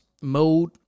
Mode